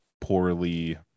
poorly